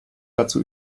dazu